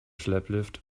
schlepplift